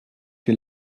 que